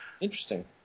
Interesting